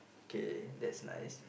okay that's nice